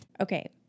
Okay